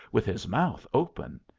with his mouth open.